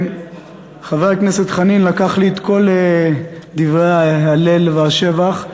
חבר הכנסת חנין לקח לי את כל דברי ההלל והשבח.